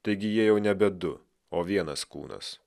taigi jie jau nebe du o vienas kūnas